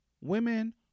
women